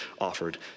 offered